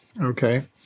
Okay